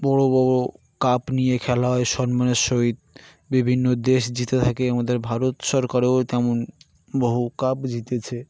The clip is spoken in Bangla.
বড়ো বড়ো কাপ নিয়ে খেলা হয় সন্মানের সহিত বিভিন্ন দেশ জিতে থাকে আমাদের ভারত সরকারেও তেমন বহু কাপ জিতেছে